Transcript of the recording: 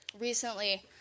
recently